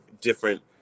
different